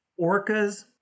orcas